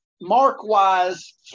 Mark-wise